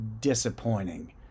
disappointing